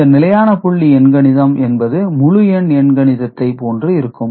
இந்த நிலையான புள்ளி எண் கணிதம் என்பது முழு எண் எண் கணிதத்தை போன்று இருக்கும்